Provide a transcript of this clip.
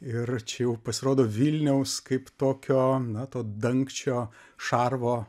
ir čia jau pasirodo vilniaus kaip tokio na to dangčio šarvo